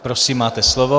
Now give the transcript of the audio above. Prosím, máte slovo.